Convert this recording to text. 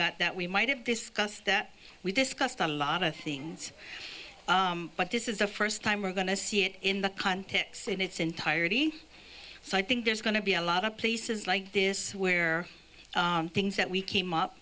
got that we might have discussed that we discussed a lot of things but this is the first time we're going to see it in the context in its entirety so i think there's going to be a lot of places like this where things that we came up